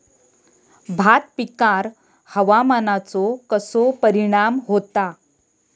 भात पिकांर हवामानाचो कसो परिणाम होता?